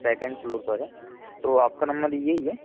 second floor पर है तो आपका नम्बर यही है